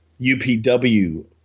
UPW